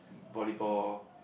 volleyball